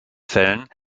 fällen